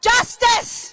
Justice